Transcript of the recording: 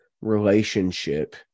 relationship